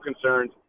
concerns